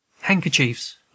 Handkerchiefs